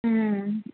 ம்